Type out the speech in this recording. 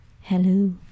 Hello